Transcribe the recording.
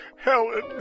Helen